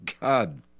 God